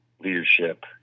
Leadership